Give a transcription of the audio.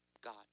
God